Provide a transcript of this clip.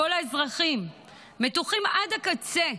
כל האזרחים מתוחים עד הקצה,